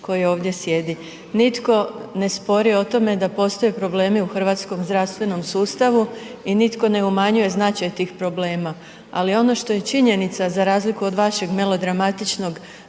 koji ovdje sjedi, nitko ne spori o tome da postoji problemi u hrvatskom zdravstvenom sustavu i nitko ne umanjuje značaj tih problema. Ali ono što je činjenica za razliku od vašeg melodramatičnog